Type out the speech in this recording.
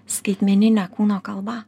skaitmeninė kūno kalba